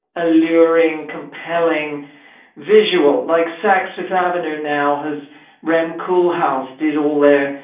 alluring, compelling visual. like saks fifth avenue now has rem cool house did all there.